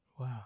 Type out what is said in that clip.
wow